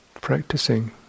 practicing